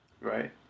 Right